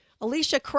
Alicia